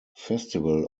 festival